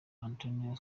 antonio